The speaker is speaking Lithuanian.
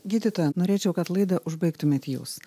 gydytoja norėčiau kad laidą užbaigtumėt jūs